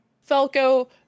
Falco